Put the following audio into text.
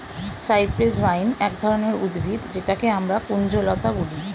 cypress vine এক ধরনের উদ্ভিদ যেটাকে আমরা কুঞ্জলতা বলি